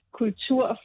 kultur